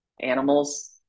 animals